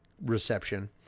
reception